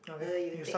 uh you take